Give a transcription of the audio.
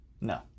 No